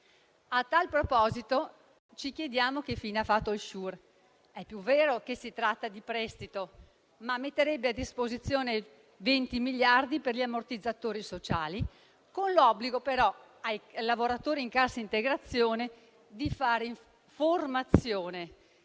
A tal proposito, ci chiediamo che fine ha fatto SURE. È pur vero che si tratta di prestito, ma metterebbe a disposizione 20 miliardi per gli ammortizzatori sociali, con l'obbligo, però, ai lavoratori in cassa integrazione di fare formazione,